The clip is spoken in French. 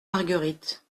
marguerite